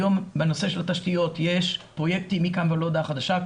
היות והיום בנושא של התשתיות יש פרויקטים מכאן ועד להודעה חדשה,